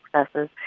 successes